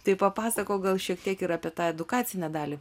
tai papasakok gal šiek tiek ir apie tą edukacinę dalį